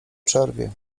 przerwie